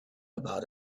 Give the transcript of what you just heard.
about